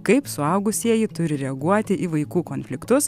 kaip suaugusieji turi reaguoti į vaikų konfliktus